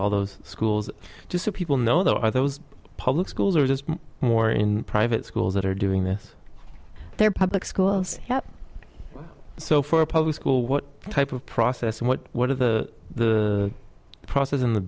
all those schools to sue people know there are those public schools or just more in private schools that are doing this they're public schools up so for a public school what type of process what what are the process in the